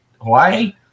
Hawaii